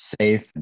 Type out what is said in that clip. safe